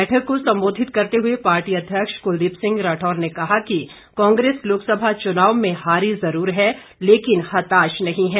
बैठक को सम्बोधित करते हुए पार्टी अध्यक्ष कुलदीप सिंह राठौर ने कहा कि कांग्रेस लोकसभा चुनाव में हारी जरूर है लेकिन हताश नहीं है